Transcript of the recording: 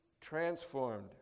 transformed